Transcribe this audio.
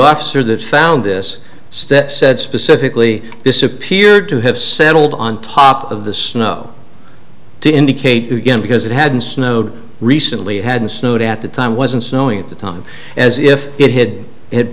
officer that found this stet said specifically this appeared to have settled on top of the snow to indicate again because it had snowed recently hadn't snowed at the time wasn't snowing at the time as if it had